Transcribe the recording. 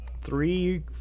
three